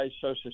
Social